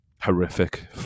horrific